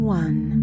one